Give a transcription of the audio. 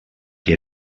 que